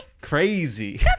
Crazy